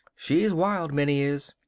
she's wild minnie is.